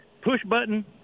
push-button